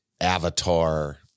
avatar